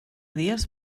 dies